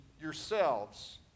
yourselves